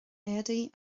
éadaí